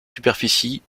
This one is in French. superficie